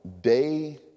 day